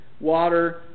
water